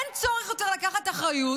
אין צורך יותר לקחת אחריות.